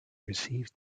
received